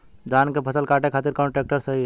धान के फसल काटे खातिर कौन ट्रैक्टर सही ह?